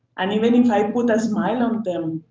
and even if i put a smile on them,